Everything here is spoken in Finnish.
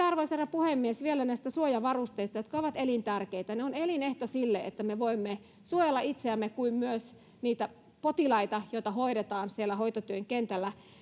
arvoisa herra puhemies sitten vielä näistä suojavarusteista jotka ovat elintärkeitä ne ovat elinehto sille että me voimme suojella itseämme kuin myös niitä potilaita joita hoidetaan siellä hoitotyön kentällä